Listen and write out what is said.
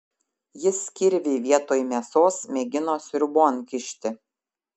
jis kirvį vietoj mėsos mėgino sriubon kišti